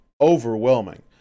overwhelming